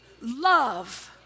love